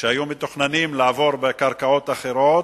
שהיו מתוכננים לעבור בקרקעות אחרות,